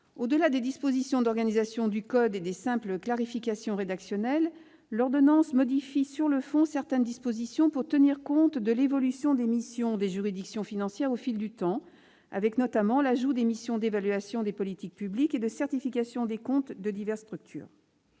Au-delà des dispositions d'organisation du code et des simples clarifications rédactionnelles, l'ordonnance modifie sur le fond certaines dispositions pour tenir compte de l'évolution des missions des juridictions financières au fil du temps, notamment avec l'ajout des missions d'évaluation des politiques publiques et de certification des comptes de diverses structures.